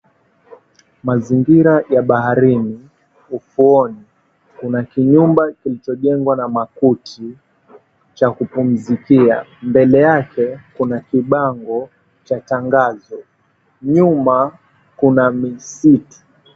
Mazingira ya baharini ufuoni, kuna kinyumba kilichojengwa na makuti cha kupumzikia, mbele yake kuna kibango cha tangazo nyuma kuna misitu.